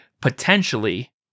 potentially